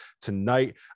tonight